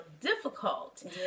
difficult